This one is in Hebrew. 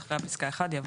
אחרי פסקה (1) יבוא: